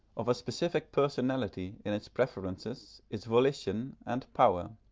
of a specific personality, in its preferences, its volition and power.